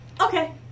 Okay